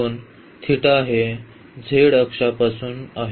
कोन हे z अक्षापासून आहे